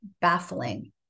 baffling